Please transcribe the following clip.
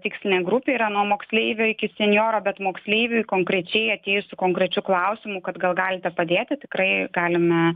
tikslinė grupė yra nuo moksleivio iki senjoro bet moksleiviui konkrečiai atėjus su konkrečiu klausimu kad gal galite padėti tikrai galime